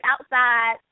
outside